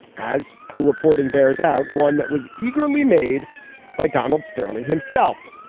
as her reporting bears out one that was eagerly made by donald sterling himself.